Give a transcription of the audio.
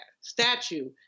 statue